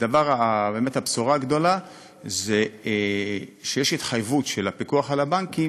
והבשורה הגדולה היא שיש התחייבות של הפיקוח על הבנקים